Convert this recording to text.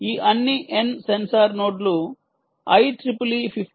ఈ అన్ని n sensor node లు IEEE 15 802